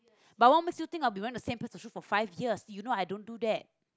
but what makes you think i'll be wearing the same pairs of shoes for five years you know I don't do that